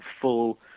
full